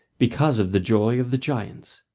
because of the joy of the giants,